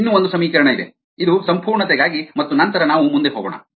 ಇನ್ನೂ ಒಂದು ಸಮೀಕರಣ ಇದೆ ಇದು ಸಂಪೂರ್ಣತೆಗಾಗಿ ಮತ್ತು ನಂತರ ನಾವು ಮುಂದೆ ಹೋಗೋಣ